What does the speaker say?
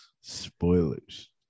spoilers